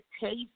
taste